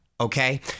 okay